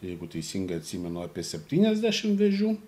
jeigu teisingai atsimenu apie septyniasdešimt vėžių